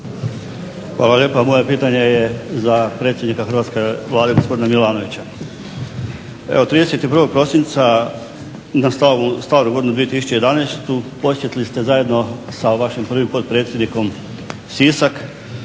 Hvala lijepa. Moje pitanje je za predsjednika hrvatske Vlade, gospodina Milanovića. Evo 31. prosinca na Staru godinu 2011. posjetili ste zajedno sa vašim prvim potpredsjednikom Sisak,